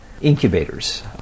Incubators